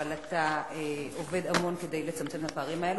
אבל אתה עובד המון כדי לצמצם את הפערים הללו.